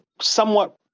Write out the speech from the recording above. somewhat